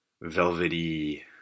velvety